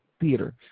theater